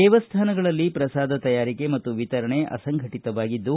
ದೇವಸ್ಥಾನಗಳಲ್ಲಿ ಪ್ರಸಾದ ತಯಾರಿಕೆ ಮತ್ತು ವಿತರಣೆ ಅಸಂಘಟಿತವಾಗಿದ್ದು